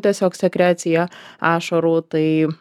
tiesiog sekrecija ašarų tai